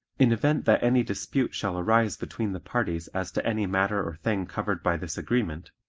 in event that any dispute shall arise between the parties as to any matter or thing covered by this agreement,